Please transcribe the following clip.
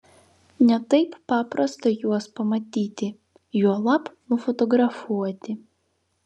ne taip paprasta juos pamatyti juolab nufotografuoti